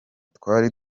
twari